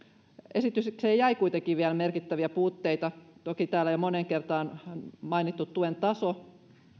esitykseen jäi kuitenkin vielä merkittäviä puutteita toki täällä jo moneen kertaan mainittu tuen taso